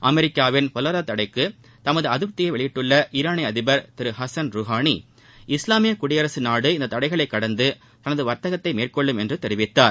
அமெரிக்காவின் பொருளாதார தடைக்கு தமது அதிருப்தியை வெளியிட்டுள்ள ஈரானிய அதிபர் ஹசன் ருஹானி இஸ்லாமிய குடியரசு நாடு இந்த தடைகளை கடந்து தனது வர்த்தகத்தை மேற்கொள்ளும் என்று தெரிவித்தார்